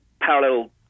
parallel